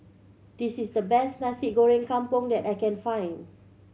this is the best Nasi Goreng Kampung that I can find